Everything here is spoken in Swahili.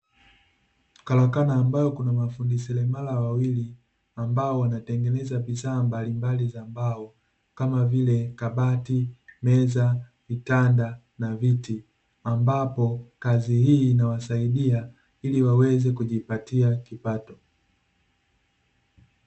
Karakana ambayo kuna mafundi seremala wawili, ambao wanatengeneza bidhaa mbalimbali za mbao kama vile: kabati, meza, vitanda, na viti; ambapo kazi hii inawasaidia ili waweze kujipatia kipato.